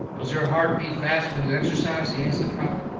does your heart beat fast when you exercise? he asts the crowd.